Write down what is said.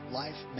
life